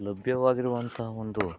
ಲಭ್ಯವಾಗಿರುವಂತಹ ಒಂದು